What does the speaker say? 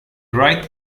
right